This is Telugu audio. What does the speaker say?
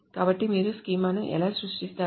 కాబట్టి మీరు స్కీమాను ఎలా సృష్టిస్తారు